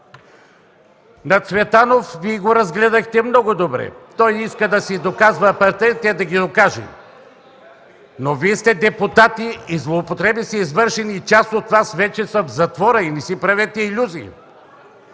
Цветанов Вие го разгледахте много добре. Той иска да си докаже апартаментите, да ги докаже! Но Вие сте депутати и злоупотреби са извършени. Част от Вас вече са в затвора. Не си правете илюзии!